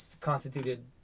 constituted